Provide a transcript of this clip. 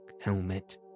helmet